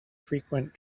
frequent